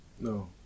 No